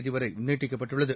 தேதி வரை நீட்டிக்கப்பட்டுள்ளது